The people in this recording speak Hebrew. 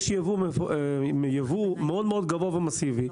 יש ייבוא מאוד גבוה ומסיבי.